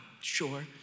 Sure